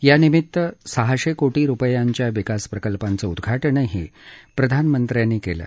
यानिमित्तानं सहाशे कोटी रुपयांच्या विकास प्रकल्पांचं उद्घाटनही प्रधानमंत्र्यांनी केलं